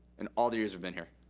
in all the years we've been here?